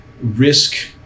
risk